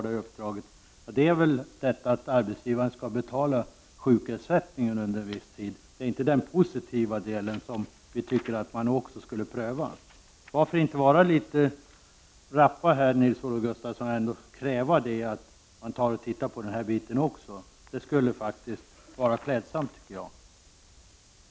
Det handlar väl om att arbetsgivaren skall betala sjukersättningen under viss tid. Det är inte den positiva delen, som vi tycker att man också skulle pröva. Varför kan ni inte vara litet rappa här, Nils-Olof Gustafsson, och kräva att man studerar den delen också? Det skulle vara klädsamt.